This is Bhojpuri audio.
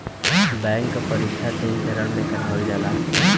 बैंक क परीक्षा तीन चरण में करावल जाला